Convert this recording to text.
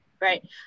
right